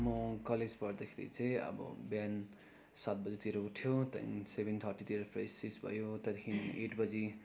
म कलेज पढ्दाखेरि चाहिँ अब बिहान सात बजीतिर उठ्यो त्यहाँ सेभेन थर्टीतिर फ्रेससेस भयो त्यहाँदेखि एट बजी